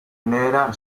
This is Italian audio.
nera